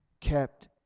kept